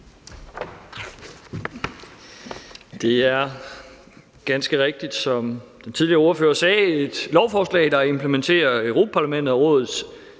Det er ganske rigtigt, som den tidligere ordfører sagde, et lovforslag, der implementerer Europa-Parlamentets og Rådets